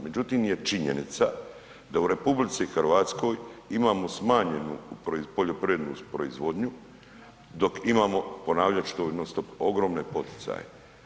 Međutim, je činjenica da u RH imamo smanjenu poljoprivrednu proizvodnju dok imamo, ponavljat ću to non stop, ogromne poticaje.